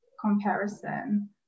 comparison